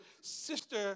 Sister